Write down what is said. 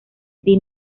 the